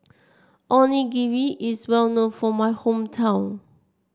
onigiri is well known for my hometown